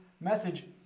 message